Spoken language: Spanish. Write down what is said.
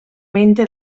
mente